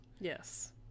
Yes